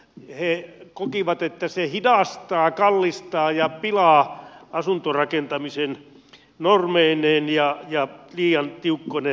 he kokivat että se hidastaa kallistaa ja pilaa asuntorakentamisen normeineen ja liian tiukkoine määrityksineen